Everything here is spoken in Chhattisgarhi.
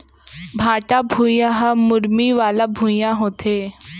भाठा भुइयां ह मुरमी वाला भुइयां होथे